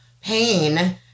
pain